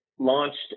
launched